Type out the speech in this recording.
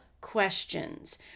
questions